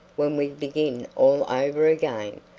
when we begin all over again,